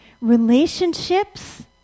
Relationships